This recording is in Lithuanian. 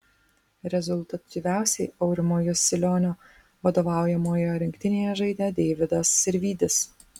rezultatyviausiai aurimo jasilionio vadovaujamoje rinktinėje žaidė deividas sirvydis